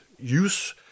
use